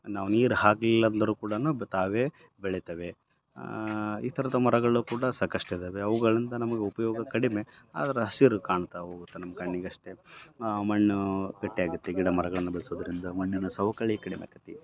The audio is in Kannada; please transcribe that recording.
ನಾವು ನೀರು ಹಾಕ್ಲಿಲ್ಲ ಅಂದರೂ ಕೂಡ ತಾವೇ ಬೆಳೀತವೆ ಈ ಥರದ್ದು ಮರಗಳು ಕೂಡ ಸಾಕಷ್ಟು ಇದ್ದಾವೆ ಅವುಗಳಿಂದ ನಮಗೆ ಉಪಯೋಗ ಕಡಿಮೆ ಆದ್ರೆ ಹಸಿರು ಕಾಣ್ತವೆ ನಮ್ಮ ಕಣ್ಣಿಗಷ್ಟೇ ಮಣ್ಣು ಗಟ್ಟಿ ಆಗತ್ತೆ ಗಿಡ ಮರಗಳನ್ನು ಬೆಳೆಸೋದರಿಂದ ಮಣ್ಣಿನ ಸವಕಳಿ ಕಡಿಮೆ ಆಕತ್ತಿ